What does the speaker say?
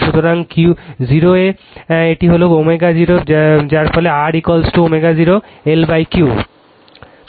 সুতরাং 0 a এটাকে ω0 বলে যার মানে Rω0 LQ